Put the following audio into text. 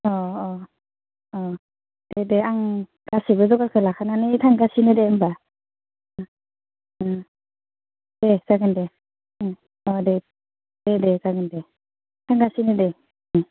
अ अ औ दे दे आं गासैबो जगारखौ लाखानानै थांगासिनो दे होनबा दे जागोन दे औ दे औ दे दे जागोन दे थांगासिनो दे